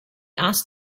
asked